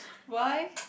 why